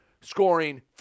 scoring